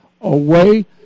away